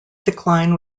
decline